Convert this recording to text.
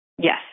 Yes